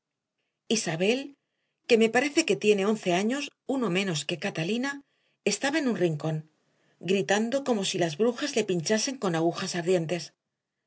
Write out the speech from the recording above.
ver si adivinas lo que hacían esos niños buenos que tú dices isabel que me parece que tiene once años uno menos que catalina estaba en un rincón gritando como si las brujas le pinchasen con agujas ardientes